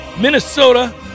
Minnesota